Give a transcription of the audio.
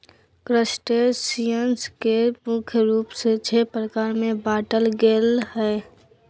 crustaceans के मुख्य रूप से छः प्रकार में बांटल गेले हें